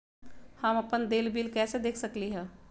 हम अपन देल बिल कैसे देख सकली ह?